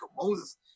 Moses